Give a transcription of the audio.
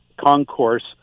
concourse